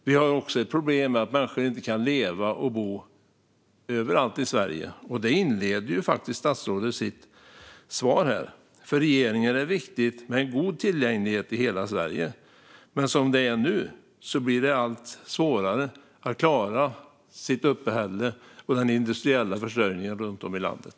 Vi har också problem med att människor inte kan leva och bo överallt i Sverige. Statsrådet inledde faktiskt sitt svar med detta: "För regeringen är det viktigt med en god tillgänglighet i hela Sverige." Men som det är nu blir det allt svårare för människor att klara sitt uppehälle och för Sverige att klara den industriella försörjningen runt om i landet.